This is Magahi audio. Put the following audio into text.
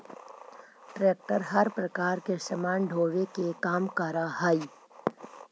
ट्रेक्टर हर प्रकार के सामान ढोवे के काम करऽ हई